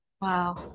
Wow